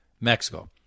Mexico